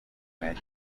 mary